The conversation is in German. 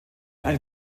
ein